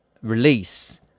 release